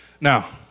Now